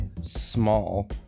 small